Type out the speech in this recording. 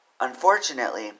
Unfortunately